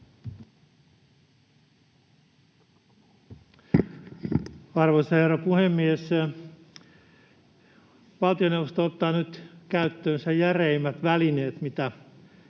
Arvoisa herra puhemies! Valtioneuvosto ottaa nyt käyttöönsä järeimmät välineet,